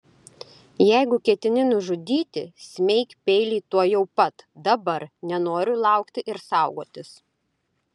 jeigu ketini nužudyti smeik peilį tuojau pat dabar nenoriu laukti ir saugotis